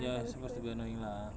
ya we're supposed to be annoying lah